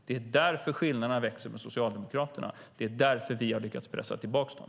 Det är därför skillnaderna växer med Socialdemokraterna. Det är därför vi har lyckats pressa tillbaka dem.